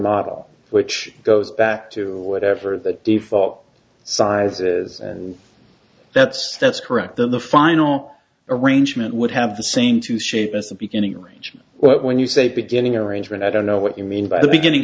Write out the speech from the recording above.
model which goes back to whatever the default sizes and that's that's correct the final arrangement would have the same two shape as the beginning range when you say beginning arrangement i don't know what you mean by the beginning